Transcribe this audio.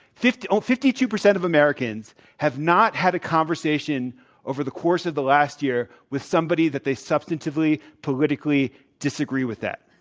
fifty um fifty two percent of americans have not had a conversation over the course of the last year with somebody that they substantively politically disagree with that.